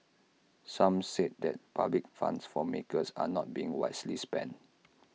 some said that public funds for makers are not being wisely spent